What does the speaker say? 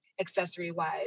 accessory-wise